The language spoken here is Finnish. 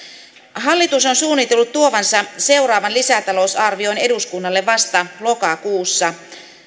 hallitus on suunnitellut tuovansa seuraavan lisätalousarvion eduskunnalle vasta lokakuussa